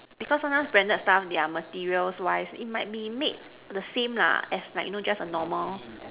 because sometimes branded stuff their material wise it might be made the same lah as like you know as the normal